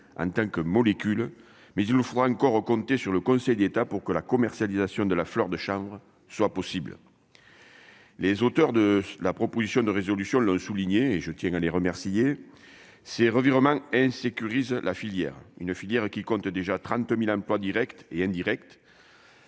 en tant que molécules mais il faudra encore compter sur le Conseil d'État pour que la commercialisation de la fleur de chambre soit possible, les auteurs de la proposition de résolution le souligner et je tiens à les remercier ces revirements et sécuriser la filière une filière qui compte déjà 30000 emplois Directs et indirects